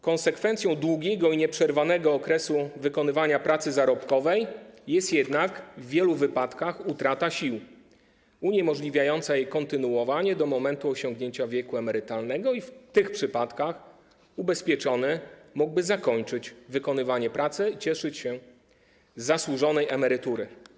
Konsekwencją długiego i przerwanego okresu wykonywania pracy zarobkowej jest jednak w wielu wypadkach utrata sił uniemożliwiająca jej kontynuowanie do momentu osiągnięcia wieku emerytalnego - i w tych przypadkach ubezpieczony mógłby zakończyć wykonywanie pracy i cieszyć się z zasłużonej emerytury.